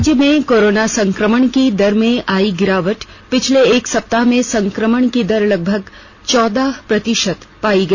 राज्य में कोरोना संकमण की दर में आई गिरावट पिछले एक सप्ताह में संकमण की दर लगभग चौदह प्रतिशत पाया गया